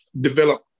develop